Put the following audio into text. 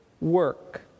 work